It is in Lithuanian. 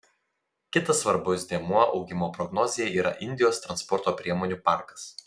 kitas svarbus dėmuo augimo prognozėje yra indijos transporto priemonių parkas